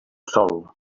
sol